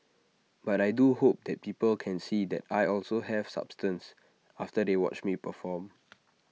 but I do hope that people can see that I also have substance after they watch me perform